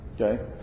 Okay